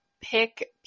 pick